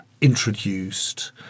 introduced